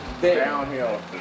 Downhill